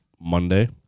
Monday